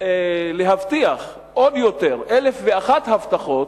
להבטיח עוד יותר, אלף ואחת אבטחות,